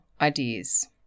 ideas